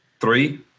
three